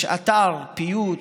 יש אתר פיוט,